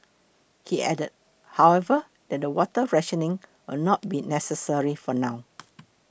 he added however that water rationing will not be necessary for now